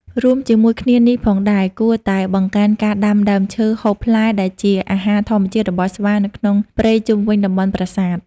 រួមជាមួយគ្នានេះផងដែរ គួរតែបង្កើនការដាំដើមឈើហូបផ្លែដែលជាអាហារធម្មជាតិរបស់ស្វានៅក្នុងព្រៃជុំវិញតំបន់ប្រាសាទ។